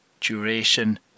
Duration